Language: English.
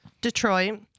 Detroit